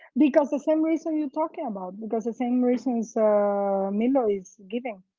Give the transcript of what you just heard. because the same reason you're talking about. because the same reasons milo is giving.